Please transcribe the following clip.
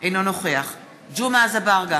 אינו נוכח ג'מעה אזברגה,